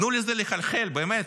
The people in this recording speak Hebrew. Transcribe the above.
תנו לזה לחלחל, באמת,